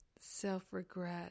self-regret